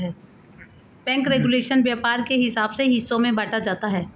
bank regulation व्यापार के हिसाब से हिस्सों में बांटा जाता है